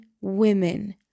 women